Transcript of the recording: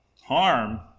harm